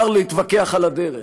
מותר להתווכח על הדרך,